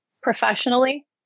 professionally